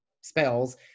spells